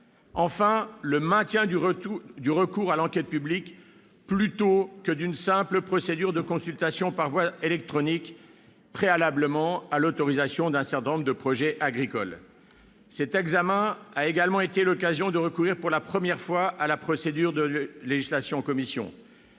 enfin le maintien du recours à l'enquête publique plutôt qu'une simple procédure de consultation par voie électronique préalablement à l'autorisation d'un certain nombre de projets agricoles. L'examen de ce texte a également été l'occasion de recourir pour la première fois à la procédure de législation en commission.